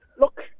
look